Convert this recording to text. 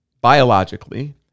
biologically